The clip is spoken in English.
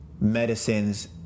medicines